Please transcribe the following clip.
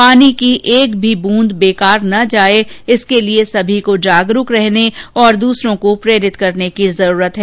पानी की एक भी बूंद व्यर्थ नहीं जाए इसके लिए सभी को जागरुक रहने और दूसरों को प्रेरित करने की जरूरत है